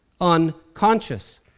unconscious